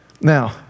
Now